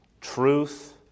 truth